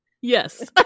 yes